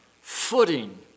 footing